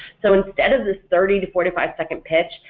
so instead of this thirty to forty five second pitch,